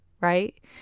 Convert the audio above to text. right